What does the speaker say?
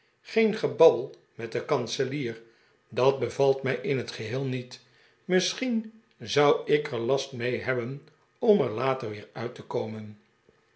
ceen gebabbel met den kanselier dat bevalt mij in t geheel niet misschien zou ik er last mee hebben om er later weer uit te komen